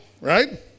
right